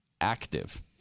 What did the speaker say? active